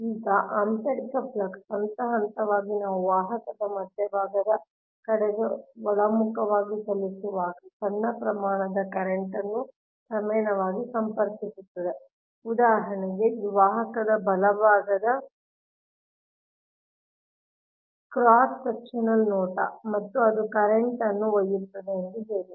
ಈಗ ಆಂತರಿಕ ಫ್ಲಕ್ಸ್ಸ್ ಹಂತಹಂತವಾಗಿ ನಾವು ವಾಹಕದ ಮಧ್ಯಭಾಗದ ಕಡೆಗೆ ಒಳಮುಖವಾಗಿ ಚಲಿಸುವಾಗ ಸಣ್ಣ ಪ್ರಮಾಣದ ಕರೆಂಟ್ ನ್ನು ಕ್ರಮೇಣವಾಗಿ ಸಂಪರ್ಕಿಸುತ್ತದೆ ಉದಾಹರಣೆಗೆ ಇದು ವಾಹಕದ ಬಲಭಾಗದ ಕ್ರಾಸ್ ಸೆಕ್ಷನಲ್ ನೋಟ ಮತ್ತು ಅದು ಕರೆಂಟ್ನ್ನು ಒಯ್ಯುತ್ತದೆ ಎಂದು ಹೇಳಿ